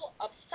upset